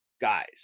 guys